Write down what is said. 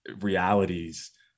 realities